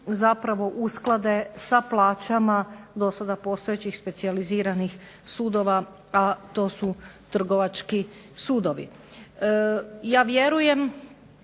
zapravo usklade sa plaćama do sada postojećih specijaliziranih sudova, a to su trgovački sudovi. Ja vjerujem